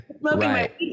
Right